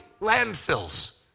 landfills